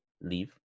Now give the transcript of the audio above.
leave